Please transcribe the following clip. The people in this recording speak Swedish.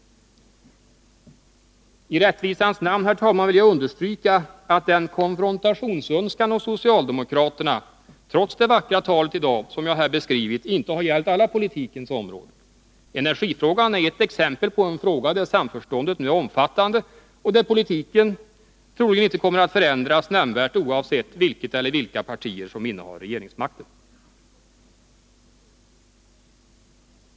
I rättvisans namn, herr talman, vill jag understryka att den konfrontationsönskan hos socialdemokraterna — trots det vackra talet i dag — som jag här beskrivit inte har gällt alla politikens områden. Energifrågan är ett exempel på en fråga där samförståndet nu är omfattande, och där politiken troligen inte kommer att förändras nämnvärt oavsett vilket eller vilka partier som innehar regeringsmakten.